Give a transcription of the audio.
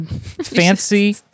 fancy